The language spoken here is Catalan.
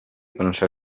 pensar